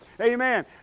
amen